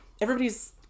everybody's